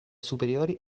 superiori